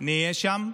נהיה שם.